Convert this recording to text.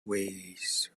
ways